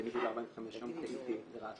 בניגוד ל-45 יום --- חודשיים.